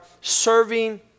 serving